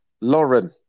Lauren